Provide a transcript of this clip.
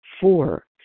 Four